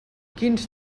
quins